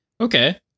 okay